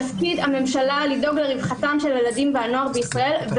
תפקיד הממשלה לדאוג לרווחתם של הילדים והנוער בישראל,